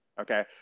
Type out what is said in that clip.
Okay